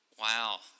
Wow